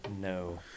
No